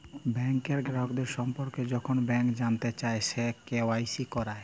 ব্যাংকের গ্রাহকের সম্পর্কে যখল ব্যাংক জালতে চায়, সে কে.ওয়াই.সি ক্যরা